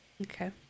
Okay